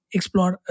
Explore